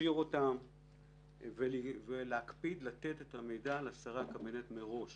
להכשיר אותם ולהקפיד לתת לשרי הקבינט את המידע מראש